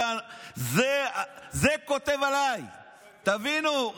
זה כותב עליי, תבינו.